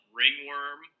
ringworm